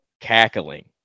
cackling